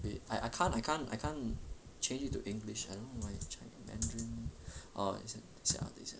the I I can't I can't I can't change it into english I don't know why chinese mandarin orh 一些等一下等一下